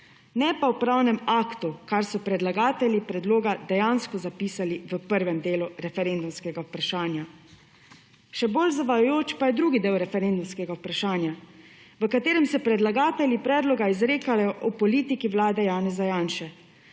ne pa o pravnem aktu, kar so predlagatelji predloga dejansko zapisali v prve delu referendumskega vprašanja. Še bolj zavajajoč pa je drugi del referendumskega vprašanja v katerem se predlagatelji predloga izrekajo o politiki vlade Janeza Janše.